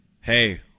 Hey